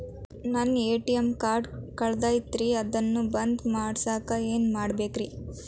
ನನ್ನ ATM card ಕಳದೈತ್ರಿ ಅದನ್ನ ಬಂದ್ ಮಾಡಸಾಕ್ ಏನ್ ಮಾಡ್ಬೇಕ್ರಿ?